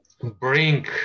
bring